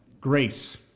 Grace